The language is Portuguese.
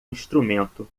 instrumento